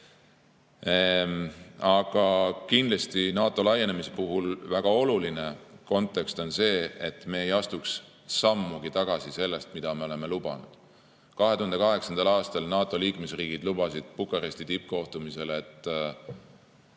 kindlasti on NATO laienemise puhul väga oluline kontekst see, et me ei astuks sammugi tagasi sellest, mida me oleme lubanud. 2008. aastal NATO liikmesriigid lubasid Bukaresti tippkohtumisel, et